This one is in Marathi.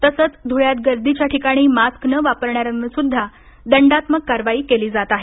तसंच धुळ्यात गर्दीच्या ठिकाणी मास्क न वापरणार्यां वर सुध्दा दंडात्मक कारवाई केली जात आहे